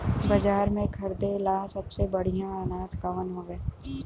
बाजार में खरदे ला सबसे बढ़ियां अनाज कवन हवे?